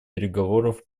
переговоров